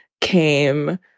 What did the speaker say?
came